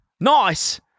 nice